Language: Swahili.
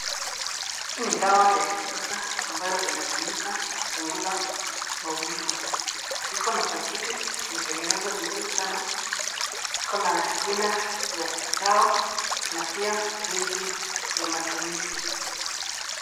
Hii ni dawa ya kisasa ambayo inatumika kupunguza maumivu. Ikona pakiti, imetengenezwa vizuri sana. Ikona jina ya dawa na pia jinsi ya matumizi.